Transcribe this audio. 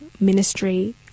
ministry